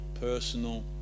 personal